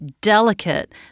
delicate